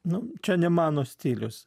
nu čia ne mano stilius